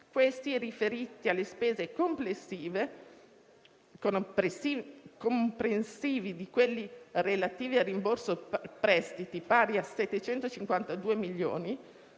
quelli riferiti alle spese complessive, comprensivi di quelli relativi al rimborso prestiti, pari a 752 milioni,